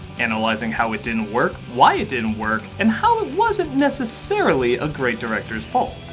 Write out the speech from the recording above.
analyzing how it didn't work, why it didn't work and how it wasn't necessarily a great director's fault.